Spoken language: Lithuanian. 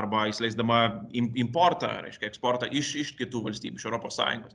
arba įsileisdama im importą reiškia eksportą iš iš kitų valstybių iš europos sąjungos